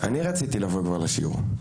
אני רציתי לבוא כבר לשיעור.